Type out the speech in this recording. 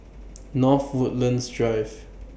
North Woodlands Drive